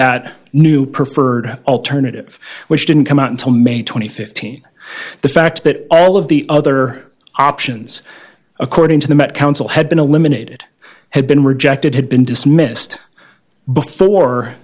that new preferred alternative which didn't come out until may twenty fifth the fact that all of the other options according to the met council had been eliminated had been rejected had been dismissed before